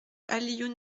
alioune